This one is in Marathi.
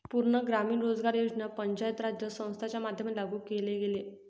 पूर्ण ग्रामीण रोजगार योजना पंचायत राज संस्थांच्या माध्यमाने लागू केले गेले